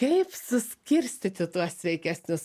kaip suskirstyti tuo sveikesnius